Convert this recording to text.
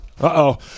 Uh-oh